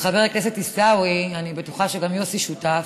חבר הכנסת עיסאווי, אני בטוחה שגם יוסי שותף,